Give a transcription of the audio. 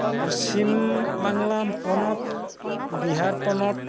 ᱯᱚᱥᱪᱤᱢ ᱵᱟᱝᱞᱟ ᱯᱚᱱᱚᱛ ᱵᱤᱦᱟᱨ ᱯᱚᱱᱚᱛ